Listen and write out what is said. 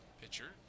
pitcher